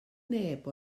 neb